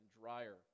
drier